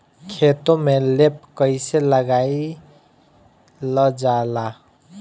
खेतो में लेप कईसे लगाई ल जाला?